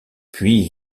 puis